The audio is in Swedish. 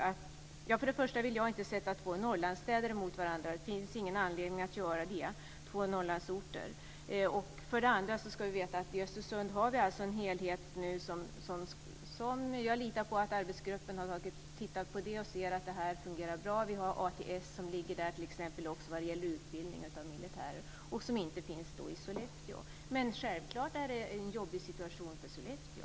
Jag vill för det första inte sätta två Norrlandsstäder mot varandra. Det finns ingen anledning att göra det. Man ska för det andra veta att vi nu i Östersund har en helhet. Jag litar på att arbetsgruppen har tittat på detta och ser att det fungerar bra. Vad gäller utbildning av militärer ligger t.ex. ATS där, något som inte finns i Sollefteå. Men självfallet är det en jobbig situation för Sollefteå.